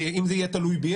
אם זה יהיה תלוי בי,